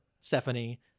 Stephanie